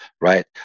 right